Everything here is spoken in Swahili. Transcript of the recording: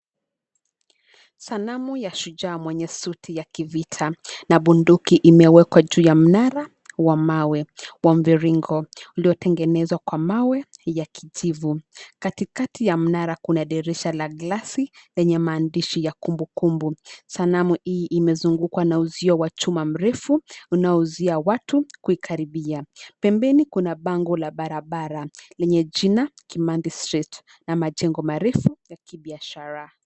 Sanamu ya shujaa mwenye suti ya kivita na bunduki imewekwa juu ya mnara wa mawe, wa mviringo, uliotengenezwa kwa mawe ya kijivu. Katikati ya mnara kuna dirisha la glasi lenye maandishi ya kumbukumbuku. Sanamu hii imezungukwa na uzio chuma mrefu unaozuia watu kuikaribia. Pembeni kuna bango la barabara lenye jina Kimathi Street na majengo marefu ya kibiashara.